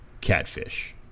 catfish